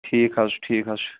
ٹھیٖک حظ چھُ ٹھیٖک حظ چھُ